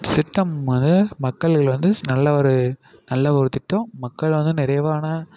திட்டமானது மக்களுக்கு வந்து நல்ல ஒரு நல்ல ஒரு திட்டம் மக்கள் வந்து நிறைவான